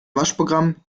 waschprogramm